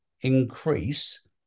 increase